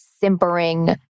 simpering